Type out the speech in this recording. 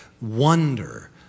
wonder